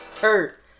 Hurt